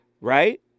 right